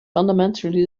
fundamentally